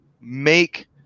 make